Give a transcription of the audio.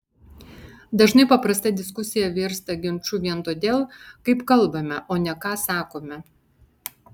dažnai paprasta diskusija virsta ginču vien todėl kaip kalbame o ne ką sakome